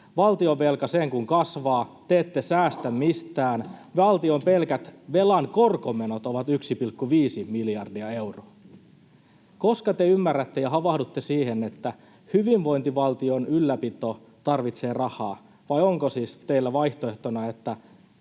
Valtionvelka sen kun kasvaa, te ette säästä mistään. Valtion pelkät velan korkomenot ovat 1,5 miljardia euroa. Koska te ymmärrätte ja havahdutte siihen, että hyvinvointivaltion ylläpito tarvitsee rahaa, vai onko siis teillä vaihtoehtona, että